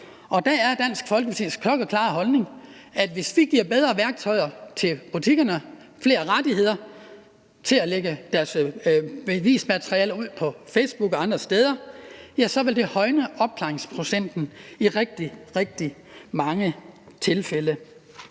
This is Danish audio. Der er det Dansk Folkepartis klokkeklare holdning, at det, hvis vi giver bedre værktøjer til butikkerne, flere rettigheder til at lægge deres bevismateriale ud på Facebook og andre steder, så vil højne opklaringsprocenten i rigtig, rigtig mange tilfælde.